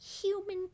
human